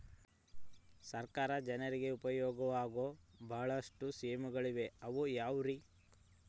ಸರ್ಕಾರ ಜನರಿಗೆ ಉಪಯೋಗವಾಗೋ ಬಹಳಷ್ಟು ಸ್ಕೇಮುಗಳಿವೆ ಅವು ಯಾವ್ಯಾವ್ರಿ?